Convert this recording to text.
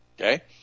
Okay